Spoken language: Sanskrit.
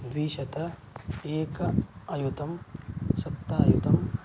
द्विशतं एकम् अयुतं सप्तायुतं